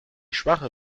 schwache